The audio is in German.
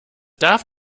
darf